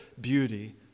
beauty